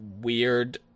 weird